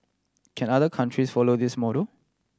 can other countries follow this model